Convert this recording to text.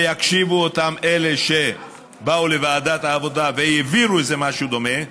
ויקשיבו אלה שבאו לוועדת העבודה והעבירו איזה משהו דומה,